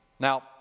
Now